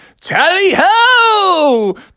Tally-ho